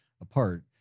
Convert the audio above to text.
apart